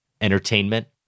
entertainment